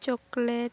chocolate